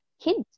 kids